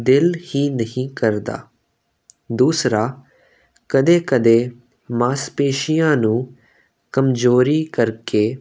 ਦਿਲ ਹੀ ਨਹੀਂ ਕਰਦਾ ਦੂਸਰਾ ਕਦੇ ਕਦੇ ਮਾਸਪੇਸ਼ੀਆਂ ਨੂੰ ਕਮਜ਼ੋਰੀ ਕਰਕੇ